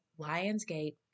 Lionsgate